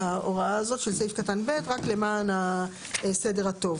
ההוראה הזאת של סעיף קטן (ב) רק למען הסדר הטוב.